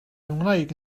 ngwraig